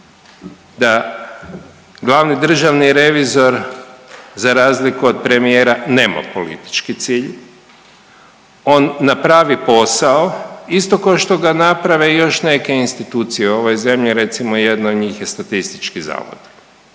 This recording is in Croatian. da glavni državni revizor, za razliku od premijera nema politički cilj, on napravi posao isto kao što ga naprave još neke institucije ove zemlje, recimo, jedna od njih je statistički zavod